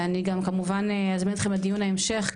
ואני גם כמובן אזמין אתכם לדיון ההמשך,